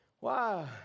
Wow